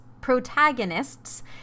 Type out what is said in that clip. protagonists